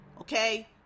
okay